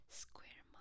square